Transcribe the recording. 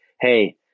hey